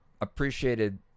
appreciated